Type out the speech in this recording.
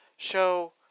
Show